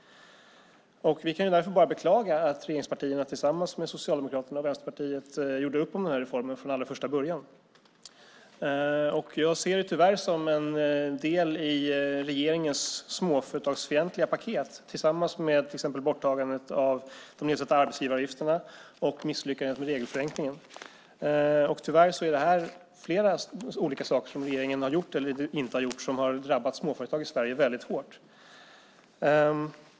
Vi kan därför bara beklaga att regeringspartierna tillsammans med Socialdemokraterna och Vänsterpartiet gjorde upp om den här reformen från allra första början. Jag ser det tyvärr som en del i regeringens småföretagsfientliga paket tillsammans med till exempel borttagandet av de nedsatta arbetsgivaravgifterna och misslyckandet med regelförenklingen. Tyvärr är det här flera olika saker som regeringen har gjort eller inte har gjort som har drabbat småföretag i Sverige väldigt hårt.